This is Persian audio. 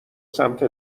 سمت